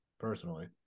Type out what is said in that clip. personally